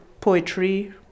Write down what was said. poetry